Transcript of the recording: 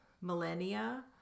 millennia